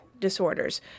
disorders